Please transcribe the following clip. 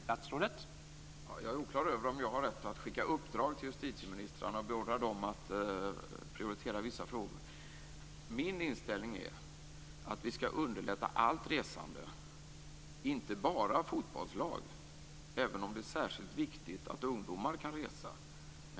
Herr talman! Jag är oklar över om jag har rätt att skicka uppdrag till justitieministrarna och beordra dem att prioritera vissa frågor. Min inställning är att vi skall underlätta allt resande, inte bara för fotbollslag - även om det är särskilt viktigt att ungdomar kan resa.